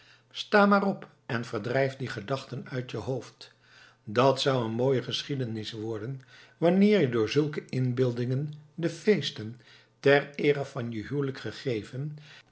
sta maar op en verdrijf die gedachten uit je hoofd dat zou een mooie geschiedenis worden wanneer je door zulke inbeeldingen de feesten ter eere van je huwelijk gegeven